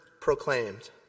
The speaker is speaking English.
proclaimed